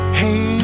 hey